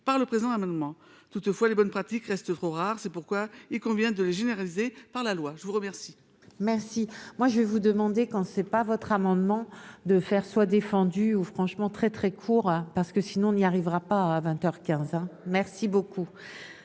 par le présent amendement toutefois les bonnes pratiques restent trop rare, c'est pourquoi il convient de les généraliser par la loi, je vous remercie. Merci, moi je vais vous demander quand c'est pas votre amendement de faire soit défendu ou franchement très, très court, parce que sinon on n'y arrivera pas à 20 heures 15 merci beaucoup